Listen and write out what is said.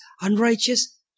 unrighteous